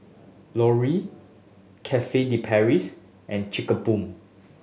Laurier Cafe De Paris and Chic Boo